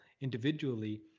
individually